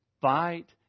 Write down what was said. fight